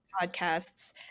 podcasts